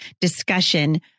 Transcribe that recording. discussion